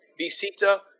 Visita